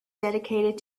dedicated